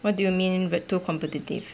what do you mean too competitive